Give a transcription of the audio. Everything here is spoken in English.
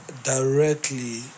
Directly